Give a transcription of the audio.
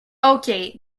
okay